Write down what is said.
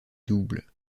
doubles